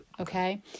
okay